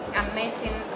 amazing